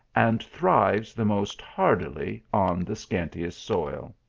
and thrives the most hardily on the scantiest soil.